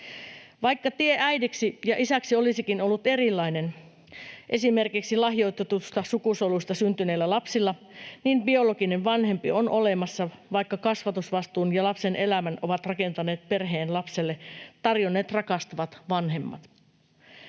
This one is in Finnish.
vaikka tie äidiksi ja isäksi olisikin ollut erilainen, esimerkiksi lahjoitetusta sukusolusta syntyneillä lapsilla, ja vaikka kasvatusvastuun ja lapsen elämän ovat rakentaneet perheen lapselle tarjonneet rakastavat vanhemmat.